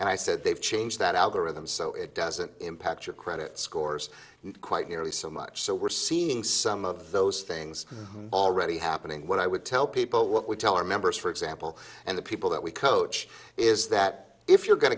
and i said they've changed that algorithm so it doesn't impact your credit scores quite nearly so much so we're seeing some of those things already happening what i would tell people what we tell our members for example and the people that we coach is that if you're going